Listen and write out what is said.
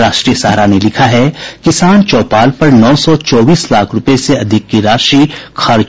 राष्ट्रीय सहारा ने लिखा है किसान चौपाल पर नौ सौ चौबीस लाख रूपये से अधिक की राशि होगी खर्च